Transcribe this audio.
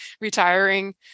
retiring